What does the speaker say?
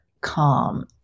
calm